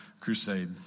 crusade